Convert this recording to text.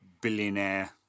billionaire